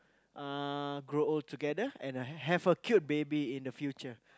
uh grow old together and have a cute baby in the future